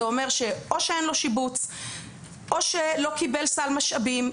זה אומר שאין לו שיבוץ או שהוא לא קיבל סל משאבים,